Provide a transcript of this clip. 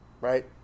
right